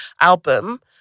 album